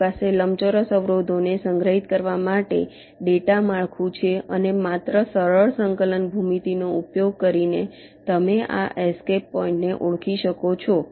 તમારી પાસે લંબચોરસ અવરોધોને સંગ્રહિત કરવા માટે ડેટા માળખું છે અને માત્ર સરળ સંકલન ભૂમિતિનો ઉપયોગ કરીને તમે આ એસ્કેપ પોઈન્ટને ઓળખી શકો છો